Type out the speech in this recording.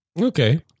Okay